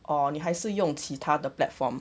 or 你还是用其他的 platform